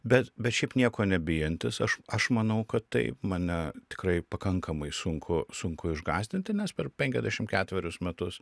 bet bet šiaip nieko nebijantis aš aš manau kad taip mane tikrai pakankamai sunku sunku išgąsdinti nes per penkiasdešim ketverius metus